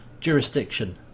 jurisdiction